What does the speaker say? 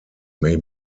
may